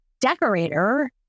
decorator